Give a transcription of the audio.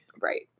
Right